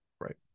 Right